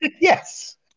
Yes